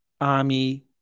army